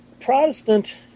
Protestant